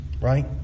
right